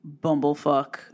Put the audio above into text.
Bumblefuck